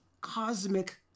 cosmic